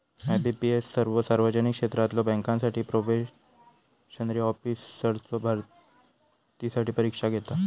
IBPS सर्वो सार्वजनिक क्षेत्रातला बँकांसाठी प्रोबेशनरी ऑफिसर्सचो भरतीसाठी परीक्षा घेता